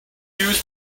use